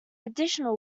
additional